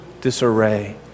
disarray